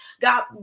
God